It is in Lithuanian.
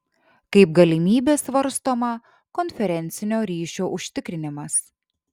kaip galimybė svarstoma konferencinio ryšio užtikrinimas